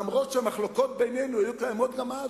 אף-על-פי שהמחלוקות בינינו היו קיימות גם אז.